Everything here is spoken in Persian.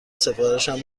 سفارشم